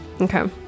okay